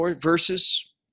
verses